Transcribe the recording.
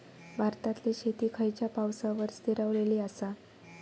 भारतातले शेती खयच्या पावसावर स्थिरावलेली आसा?